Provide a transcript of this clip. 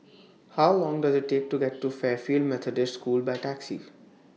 How Long Does IT Take to get to Fairfield Methodist School By Taxi